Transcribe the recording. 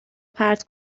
پرت